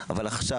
אבל עכשיו,